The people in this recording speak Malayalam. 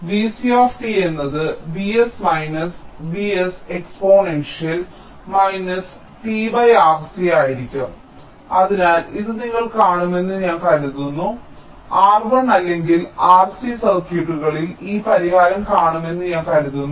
അതിനാൽ Vc എന്നത് V s V s exponential t R c ആയിരിക്കും അതിനാൽ ഇത് നിങ്ങൾ കാണുമെന്ന് ഞാൻ കരുതുന്നു R l അല്ലെങ്കിൽ R c സർക്യൂട്ടുകളിൽ നിങ്ങൾ ഈ പരിഹാരം കാണുമെന്ന് ഞാൻ കരുതുന്നു